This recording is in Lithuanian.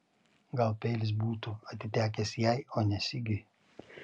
gal peilis būtų atitekęs jai o ne sigiui